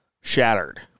shattered